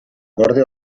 gorde